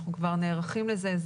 אנחנו כבר נערכים לזה.